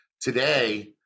today